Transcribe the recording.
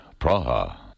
Praha